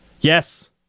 Yes